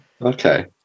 Okay